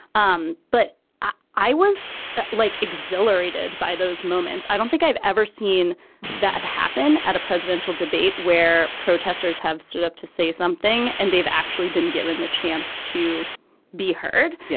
um but i i was like exhilarated by those moments. i don't think i've ever seen that happen at a presidential debate where protesters have stood up to say something and they've actually been given the chance to be heard. yeah